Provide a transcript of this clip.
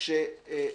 קודם כל,